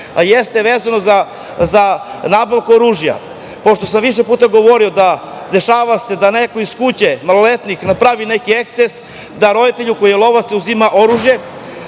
a jeste vezano za nabavku oružja. Pošto sam više puta govorio da se dešava da neko iz kuće, maloletnik napravi neki eksces, roditelju koji je lovac uzima oružje,